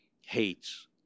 hates